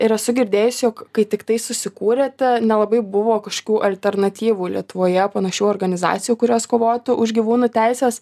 ir esu girdėjus jog kai tiktai susikūrėte nelabai buvo kažkokių alternatyvų lietuvoje panašių organizacijų kurios kovotų už gyvūnų teises